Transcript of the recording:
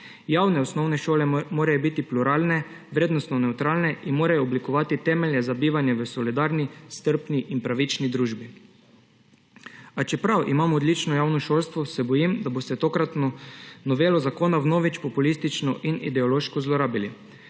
Javne osnovne šole morajo biti pluralne, vrednostno nevtralne in morajo oblikovati temelje za bivanje v solidarni, strpni in pravični družbi. A čeprav imamo odlično javno šolstvo, se bojim, da boste tokratno novelo zakona vnovič populistično in ideološko zlorabili,